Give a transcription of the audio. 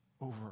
over